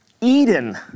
Eden